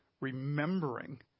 remembering